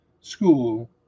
school